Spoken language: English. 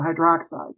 hydroxide